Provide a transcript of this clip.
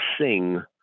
sing